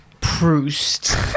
Proust